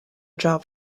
job